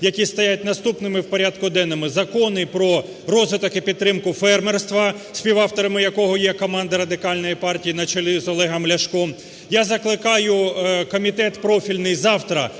які стоять наступними у порядку денному, закони про розвиток і підтримку фермерства, співавторами якого є команда Радикальної партії на чолі з Олегом Ляшком. Я закликаю комітет профільний завтра